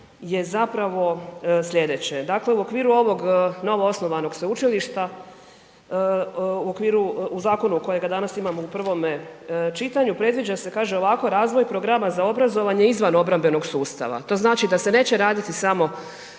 je zapravo slijedeće. Dakle, u okviru ovog novoosnovanog sveučilišta, u okviru, u zakonu kojega danas imamo u prvome čitanju predviđa se, kaže ovako, razvoj programa za obrazovanje izvan obrambenog sustava. To znači da se neće raditi samo,